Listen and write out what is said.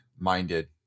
minded